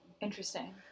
Interesting